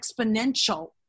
exponential